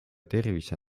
tervise